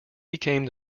became